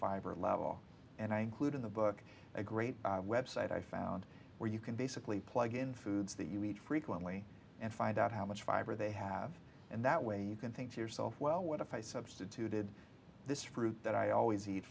fiber level and i include in the book a great website i found where you can basically plug in foods that you eat frequently and find out how much fiber they have and that way you can think to yourself well what if i substituted this fruit that i always eat